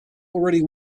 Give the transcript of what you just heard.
already